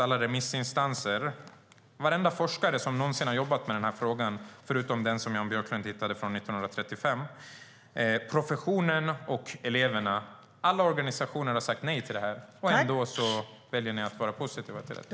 Alla remissinstanser, varenda forskare som någonsin har jobbat med den här frågan, förutom den som Jan Björklund hittade från 1935, professionen, eleverna och alla organisationer har sagt nej till detta. Ändå väljer ni att vara positiva till detta.